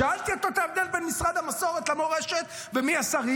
שאלתי אותו מה ההבדל בין משרד המסורת למורשת ומי השרים?